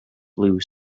blue